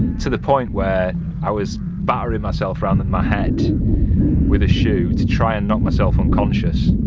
to the point where i was battering myself round at my head with a shoe to try and knock myself unconscious,